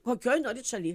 kokioj norit šaly